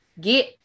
get